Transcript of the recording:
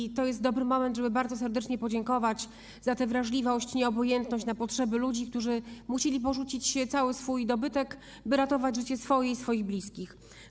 I to jest dobry moment, żeby bardzo serdecznie podziękować za tę wrażliwość, nieobojętność na potrzeby ludzi, którzy musieli porzucić cały swój dobytek, by ratować życie swoje i swoich bliskich.